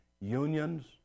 unions